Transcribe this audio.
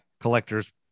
collector's